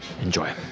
Enjoy